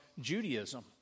Judaism